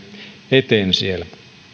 eteen siellä